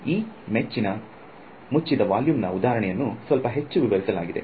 ಈ ಮುಚ್ಚಿದ ವೊಲ್ಯೂಮ್ ನಾ ಉದಾಹರಣೆಯಲ್ಲಿ ಸ್ವಲ್ಪ ಹೆಚ್ಚು ವಿವರಿಸಲಾಗಿದೆ